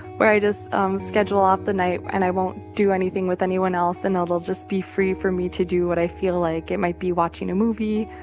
where i just schedule off the night. and i won't do anything with anyone else. and it'll just be free for me to do what i feel like. it might be watching a movie.